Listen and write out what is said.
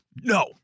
no